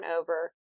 over